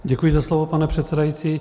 Děkuji za slovo, pane předsedající.